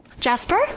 Jasper